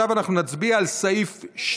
עכשיו אנחנו נצביע על סעיף 2?